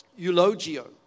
eulogio